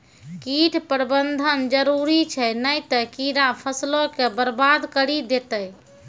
कीट प्रबंधन जरुरी छै नै त कीड़ा फसलो के बरबाद करि देतै